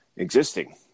existing